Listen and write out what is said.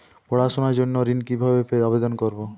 পড়াশুনা জন্য ঋণ পেতে কিভাবে আবেদন করব?